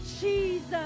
Jesus